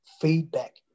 feedback